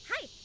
hi